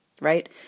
right